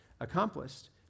accomplished